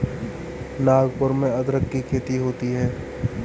नागपुर में अदरक की खेती होती है